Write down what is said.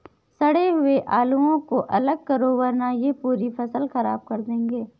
सड़े हुए आलुओं को अलग करो वरना यह पूरी फसल खराब कर देंगे